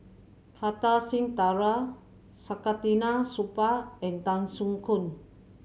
Kartar Singh Thakral Saktiandi Supaat and Tan Soo Khoon